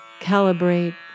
calibrate